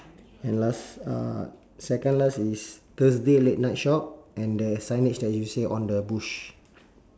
and last uh second last is thursday late night shop and the signage that you say on the bush